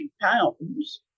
pounds